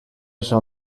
shall